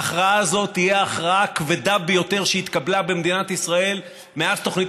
ההכרעה הזאת תהיה ההכרעה הכבדה ביותר שהתקבלה במדינת ישראל מאז תוכנית